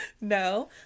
No